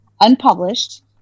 unpublished